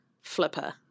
flipper